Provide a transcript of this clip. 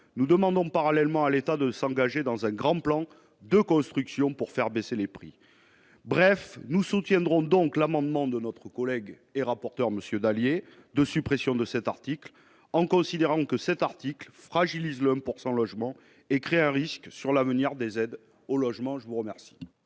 nous demandons, parallèlement à l'État de s'engager dans un grand plan de construction pour faire baisser les prix, bref, nous soutiendrons donc l'amendement de notre collègue et rapporteur monsieur Dallier de suppression de cet article en considérant que cet article fragilise l'homme pour logement et crée un risque sur l'avenir des aides au logement, je vous remercie.